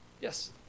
Yes